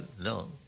No